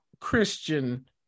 christian